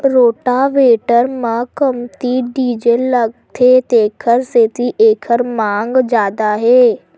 rotavator म कमती diesel लागथे तेखर सेती एखर मांग जादा हे